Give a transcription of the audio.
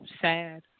sad